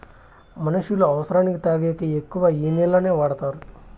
మనుష్యులు అవసరానికి తాగేకి ఎక్కువ ఈ నీళ్లనే వాడుతారు